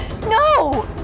No